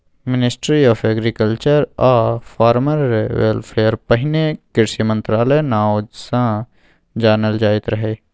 ministry of agriculture आ farmer welfare पहिने कृषि मंत्रालय नाओ सँ जानल जाइत रहय